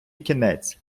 кінець